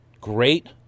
great